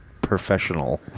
professional